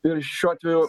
ir šiuo atveju